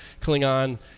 Klingon